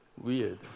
weird